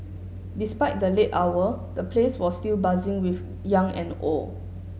despite the late hour the place was still buzzing with young and old